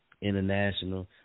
international